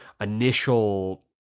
initial